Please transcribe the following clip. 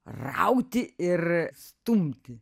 rauti ir stumti